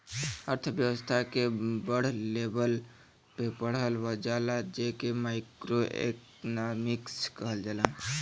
अर्थव्यस्था के बड़ लेवल पे पढ़ल जाला जे के माइक्रो एक्नामिक्स कहल जाला